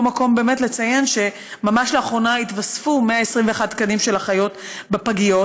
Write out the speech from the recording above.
פה המקום לציין שממש לאחרונה התווספו 121 תקנים של אחיות בפגיות,